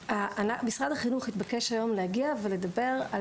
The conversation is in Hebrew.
משרד החינוך התבקש היום להגיע ולדבר על